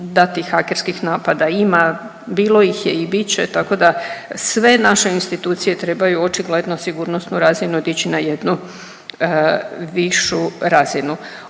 da tih hakerskih napada ima, bilo ih je i bit će, tako da sve naše institucije trebaju očigledno sigurnosnu razinu dići na jednu višu razinu.